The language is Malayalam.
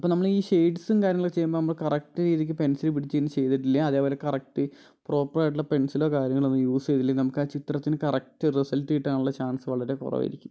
അപ്പം നമ്മള് ഈ ഷേഡ്സും കാര്യങ്ങളും ഒക്കെ ചെയ്യുമ്പോൾ നമ്മള് കറക്റ്റ് രീതിക്ക് പെൻസില് പിടിച്ചിട്ട് ചെയ്തിട്ടില്ല അതേപോലെ കറക്റ്റ് പ്രോപ്പറായിട്ടുള്ള പെൻസിലോ കാര്യങ്ങളൊന്നും യൂസ് ചെയ്തില്ലെൽ നമുക്ക് ആ ചിത്രത്തിന് കറക്റ്റ് റിസൾട്ട് കിട്ടാനുള്ള ചാൻസ് വളരെ കുറവായിരിക്കും